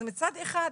אז מצד אחד,